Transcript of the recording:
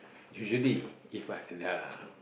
usually if uh the